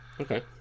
Okay